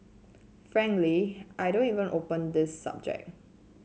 frankly I don't even open this subject